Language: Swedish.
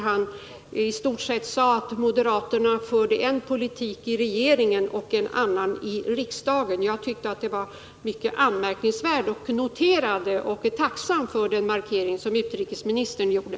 Han sade att moderaterna för en politik i regeringen och en annan i riksdagen. Jag tyckte det var mycket anmärkningsvärt och noterade det. Jag är tacksam för den markering som utrikesministern gjorde.